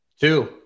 Two